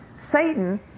Satan